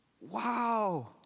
wow